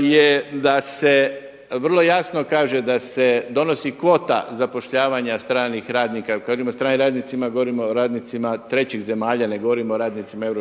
je da se vrlo jasno kaže da se donosi kvota zapošljavanja stranih radnika. Kad kažemo stranim radnicima govorimo o radnicima trećih zemalja, ne govorimo o radnicima EU.